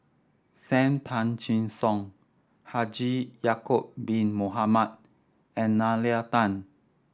Sam Tan Chin Siong Haji Ya'acob Bin Mohamed and Nalla Tan